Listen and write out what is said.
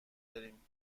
داریم